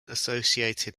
associated